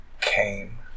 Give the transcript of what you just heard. came